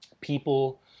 people